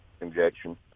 injection